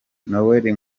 noel